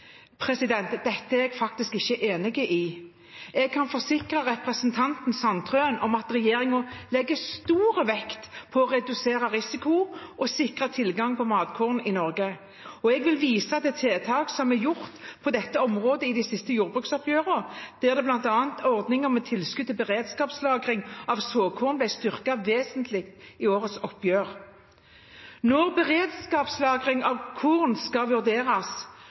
Dette er jeg faktisk ikke enig i. Jeg kan forsikre representanten Sandtrøen om at regjeringen legger stor vekt på å redusere risiko og sikre tilgang på matkorn i Norge. Jeg vil vise til tiltak som er gjort på dette området i de siste jordbruksoppgjørene, der bl.a. ordningen med tilskudd til beredskapslagring av såkorn ble styrket vesentlig i årets oppgjør. Når beredskapslagring av korn skal vurderes,